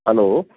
hello